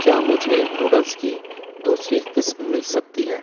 کیا مجھے نوڈلس کی دوسری قسم مِل سکتی ہے